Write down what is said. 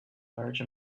large